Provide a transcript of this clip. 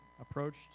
approached